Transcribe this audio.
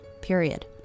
period